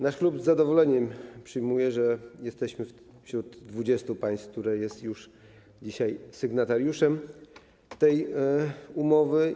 Nasz klub z zadowoleniem przyjmuje, że jesteśmy wśród 20 państw, które są już dzisiaj sygnatariuszami tej umowy.